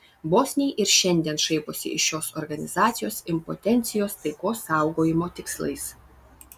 bosniai ir šiandien šaiposi iš šios organizacijos impotencijos taikos saugojimo tikslais